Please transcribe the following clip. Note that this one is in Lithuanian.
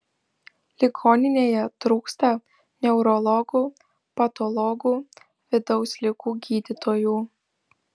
ligoninėje trūksta neurologų patologų vidaus ligų gydytojų